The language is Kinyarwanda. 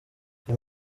uyu